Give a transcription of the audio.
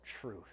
truth